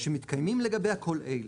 שמתקיימים לגביה כל אלה: